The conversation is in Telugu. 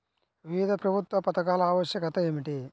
వివిధ ప్రభుత్వా పథకాల ఆవశ్యకత ఏమిటి?